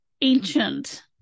ancient